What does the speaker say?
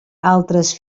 altres